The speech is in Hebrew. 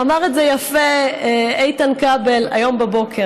אמר את זה יפה איתן כבל היום בבוקר,